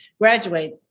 graduate